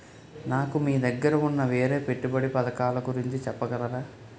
నాకు మీ దగ్గర ఉన్న వేరే పెట్టుబడి పథకాలుగురించి చెప్పగలరా?